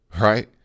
right